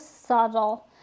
subtle